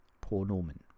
Pronomen